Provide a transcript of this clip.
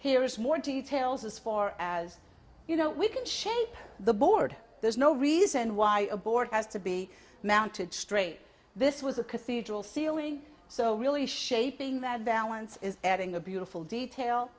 here is more details as far as you know we can shape the board there's no reason why a board has to be mounted straight this was a cathedral ceiling so really shaping that balance is adding a beautiful detail